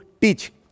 teach